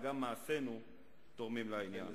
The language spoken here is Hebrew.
גם מעשינו תורמים לעניין.